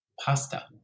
Pasta